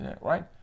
right